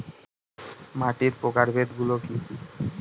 মাটির প্রকারভেদ গুলো কি কী?